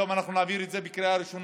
היום אנחנו נעביר את זה בקריאה ראשונה,